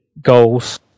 goals